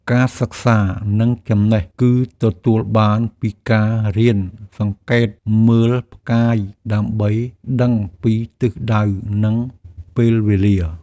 ការសិក្សា និងចំណេះ គឺទទួលបានពីការរៀនសង្កេតមើលផ្កាយដើម្បីដឹងពីទិសដៅ និងពេលវេលា។